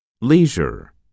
Leisure